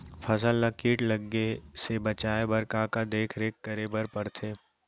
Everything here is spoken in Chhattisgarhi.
फसल ला किट लगे से बचाए बर, का का देखरेख करे बर परथे?